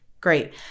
Great